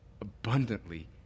abundantly